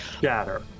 shatter